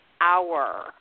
hour